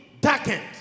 darkened